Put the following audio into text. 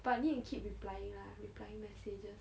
but need to keep replying lah replying messages